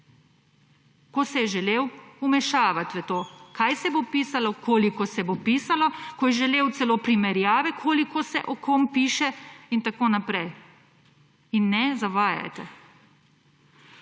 ko se je želel vmešavati v to kaj se bo pisalo, koliko se bo pisalo. Ko je želel celo primerjave, koliko se o kom piše, itn. In ne zavajajte.